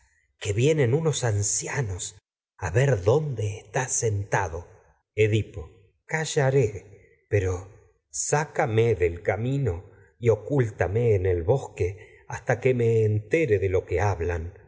que vienen unos ancianos a ver sentado edipo en callaré pero sácame del camino y ocúlta me el bosque hasta que me entere de lo que hablan